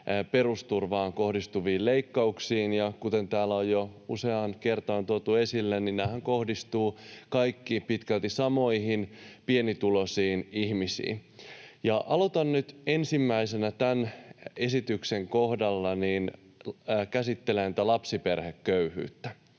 perusturvaan kohdistuviin leikkauksiin, ja kuten täällä on jo useaan kertaan tuotu esille, nehän kohdistuvat kaikki pitkälti samoihin pienituloisiin ihmisiin. Alan nyt ensimmäisenä tämän esityksen kohdalla käsittelemään lapsiperheköyhyyttä.